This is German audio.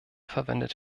verwendet